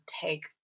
take